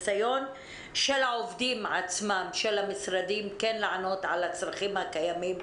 העובדים עצמם של המשרדים לענות על הצרכים הקיימים